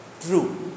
true